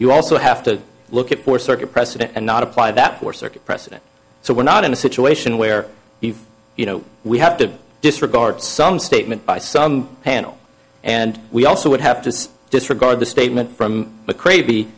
you also have to look at for circuit precedent and not apply that for circuit precedent so we're not in a situation where you know we have to disregard some statement by some panel and we also would have to disregard the statement from the cra